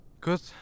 Good